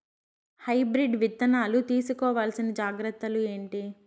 Hybrid విత్తనాలు తీసుకోవాల్సిన జాగ్రత్తలు ఏంటి?